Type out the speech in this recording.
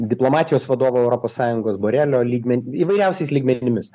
diplomatijos vadovo europos sąjungos borelio lygmen įvairiausiais lygmenimis